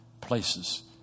places